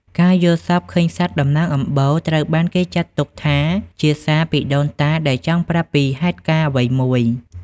ការយល់សប្តិឃើញសត្វតំណាងអំបូរ ត្រូវបានគេចាត់ទុកថាជា "សារ" ពីដូនតាដែលចង់ប្រាប់ពីហេតុការណ៍អ្វីមួយ។